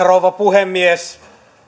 rouva puhemies